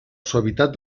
suavitat